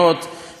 ולא דרך אילת,